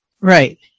Right